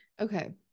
okay